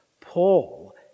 Paul